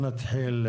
נתחיל,